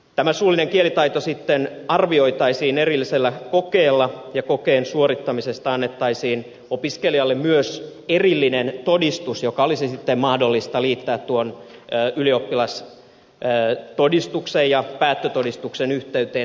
tämä suullinen kielitaito sitten arvioitaisiin erillisellä kokeella ja kokeen suorittamisesta annettaisiin opiskelijalle myös erillinen todistus joka olisi sitten mahdollista liittää tuon ylioppilastodistuksen ja päättötodistuksen yhteyteen